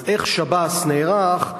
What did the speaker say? אז איך שב"ס נערך,